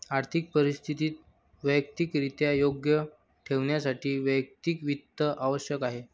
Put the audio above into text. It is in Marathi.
आर्थिक परिस्थिती वैयक्तिकरित्या योग्य ठेवण्यासाठी वैयक्तिक वित्त आवश्यक आहे